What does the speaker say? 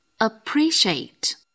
appreciate